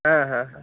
হ্যাঁ হ্যাঁ হ্যাঁ